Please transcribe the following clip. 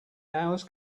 hours